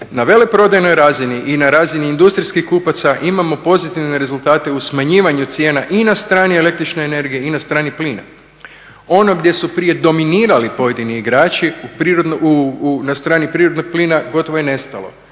Na veleprodajnoj razini i na razini industrijskih kupaca imamo pozitivne rezultate u smanjivanju cijena i na strani električne energije i na strani plina. Ono gdje su prije dominirali pojedini igrači na strani prirodnog plina gotovo je nestalo.